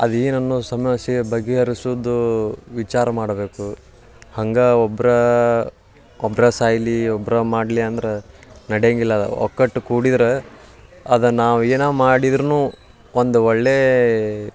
ಅದು ಏನನ್ನೋ ಸಮಸ್ಯೆ ಬಗೆಹರ್ಸೋದು ವಿಚಾರ ಮಾಡಬೇಕು ಹಂಗೇ ಒಬ್ರೇ ಒಬ್ರೇ ಸಾಯಲಿ ಒಬ್ರೇ ಮಾಡಲಿ ಅಂದ್ರೆ ನಡ್ಯೋಂಗಿಲ್ಲ ಅದು ಒಗ್ಗಟ್ ಕೂಡಿರೆ ಅದೇ ನಾವು ಏನೇ ಮಾಡಿದ್ರು ಒಂದು ಒಳ್ಳೆಯ